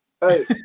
Hey